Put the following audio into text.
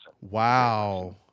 Wow